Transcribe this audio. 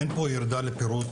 אין פה ירידה לפרטים,